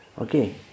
Okay